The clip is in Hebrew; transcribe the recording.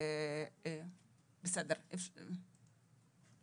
אמרתי שאנחנו נמצאים,